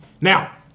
Now